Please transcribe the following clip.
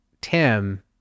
tim